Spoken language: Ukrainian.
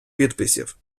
підписів